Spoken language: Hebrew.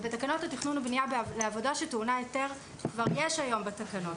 בתקנות התכנון והבנייה לעבודה שטעונה היתר יש היום תקנות.